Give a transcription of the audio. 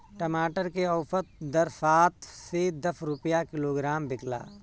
टमाटर के औसत दर सात से दस रुपया किलोग्राम बिकला?